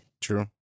True